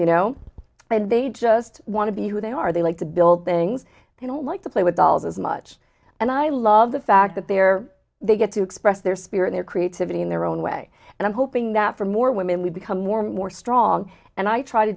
you know and they just want to be who they are they like to build things they don't like to play with dolls as much and i love the fact that they're they get to express their spirit their creativity in their own way and i'm hoping that for more women we become more more strong and i try to